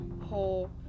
whole